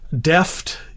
deft